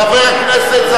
חבר הכנסת אורון אמר "כן",